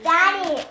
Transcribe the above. Daddy